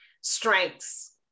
strengths